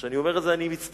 כשאני אומר את זה אני מצטמרר.